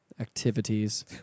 activities